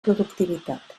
productivitat